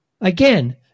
Again